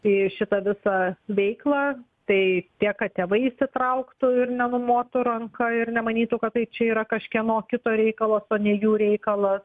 į šitą visą veiklą tai tiek kad tėvai įsitrauktų ir nenumotų ranka ir nemanytų kad tai čia yra kažkieno kito reikalas o ne jų reikalas